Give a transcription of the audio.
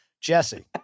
Jesse